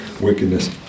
wickedness